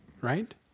Right